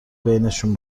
بینشون